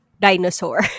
Dinosaur